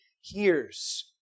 hears